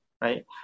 right